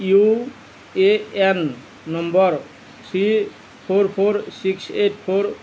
U A N number three four four six eight four